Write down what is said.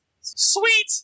Sweet